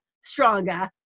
stronger